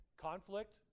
Conflict